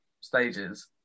stages